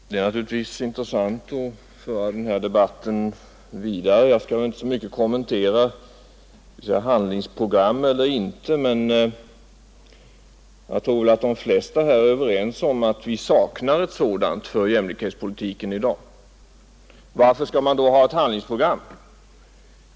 Herr talman! Det vore intressant att föra den här debatten vidare. Jag skall dock inte så mycket kommentera frågan om handlingsprogram, men jag tror att de flesta här är överens om att vi saknar ett sådant för jämlikhetspolitiken i dag. Varför skall man då ha ett handlingsprogram?